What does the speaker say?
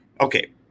Okay